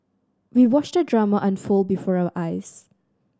we watched the drama unfold before our eyes